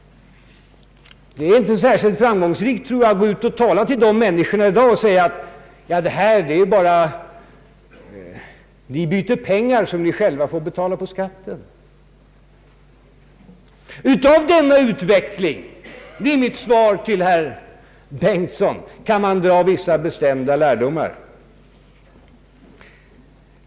Det är inte särskilt framgångsrikt att gå ut till dessa människor i dag och säga: Ni byter bara pengar som ni själva får betala på skattsedeln. Av denna utveckling — det är mitt svar till herr Bengtson — kan man dra vissa bestämda lärdomar.